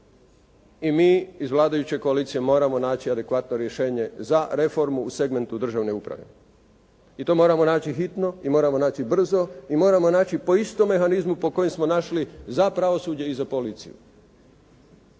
I mi iz vladajuće koalicije moramo naći adekvatno rješenje za reformu u segmentu državne uprave. I to moramo naći hitno i moramo naći brzo i moramo naći po istom mehanizmu po kojem smo našli za pravosuđe i za policiju.